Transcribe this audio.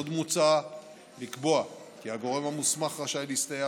עוד מוצע לקבוע כי הגורם המוסמך רשאי להסתייע